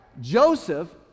joseph